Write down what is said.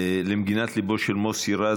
למגינת ליבו של מוסי רז,